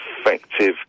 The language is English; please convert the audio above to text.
effective